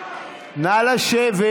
נא לשבת,